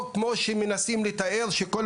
אגב, משהו שכן